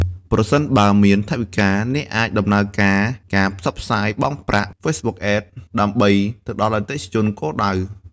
ប្រសិនបើមានថវិកា អ្នកអាចដំណើរការការផ្សព្វផ្សាយបង់ប្រាក់ ហ្វេសបុកអេដ ដើម្បីទៅដល់អតិថិជនគោលដៅ។